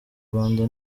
rwanda